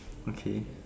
okay